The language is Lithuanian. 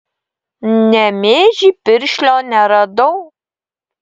nemėžy piršlio neradau